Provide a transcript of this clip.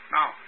Now